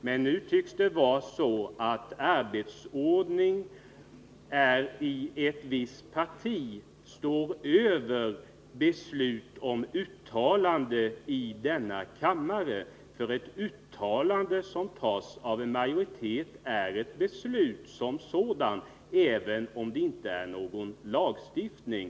Men nu tycks det vara så att arbetsordningen i ett visst parti står över ett beslutat uttalande i denna kammare. Ett uttalande som antas av en majoritet är som sådant också ett beslut som skall följas även om det inte är fråga om någon lagstiftning.